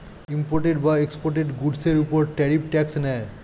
imported বা exported গুডসের উপর ট্যারিফ ট্যাক্স নেয়